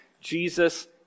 Jesus